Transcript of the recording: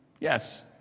yes